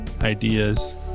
ideas